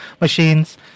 machines